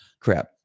crap